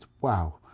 wow